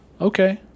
Okay